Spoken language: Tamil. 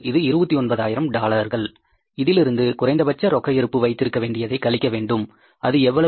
இது 29000 டாலர் இதிலிருந்து குறைந்தபட்ச ரொக்க இருப்பு வைத்திருக்க வேண்டியதை கழிக்கவேண்டும் அது எவ்வளவு